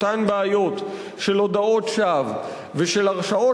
אותן בעיות של הודאות שווא ושל הרשעות